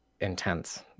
intense